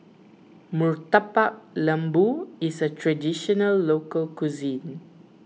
Murtabak Lembu is a Traditional Local Cuisine